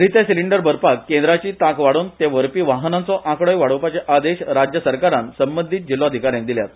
रिते सिलिंडर भरपाक केंद्राची तांक वाडोवन ते व्हरपी वाहनांचो आंकडोय वाडोवपाचे आदेश राज्य सरकारान जिल्होधिकार्यांक दिल्यात